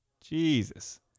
Jesus